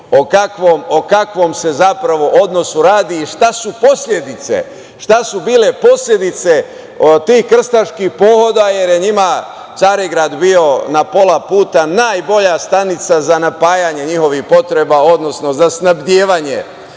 o kakvom se zapravo odnosu radi i šta su posledice tih krstaških pohoda, jer je njima Carigrad bio na pola puta, najbolja stanica za napajanje njihovih potreba, odnosno za snabdevanje